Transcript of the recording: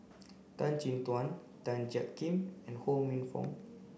Tan Chin Tuan Tan Jiak Kim and Ho Minfong